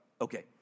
Okay